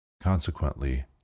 Consequently